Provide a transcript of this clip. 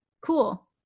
Cool